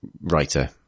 writer